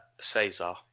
Cesar